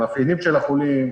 מאפיינים של החולים,